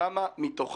כמה מתוך